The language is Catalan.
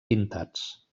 pintats